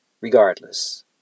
regardless